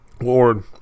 lord